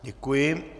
Děkuji.